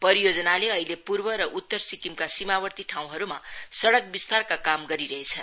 परियोजनाले अहिले पूर्व र उत्तर सिक्किमका सीमावर्ती ठाउँहरूमा सड़क विस्तारका काम गरिरहेछ